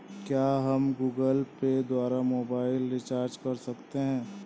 क्या हम Google Pay द्वारा मोबाइल रिचार्ज कर सकते हैं?